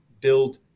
build